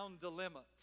dilemma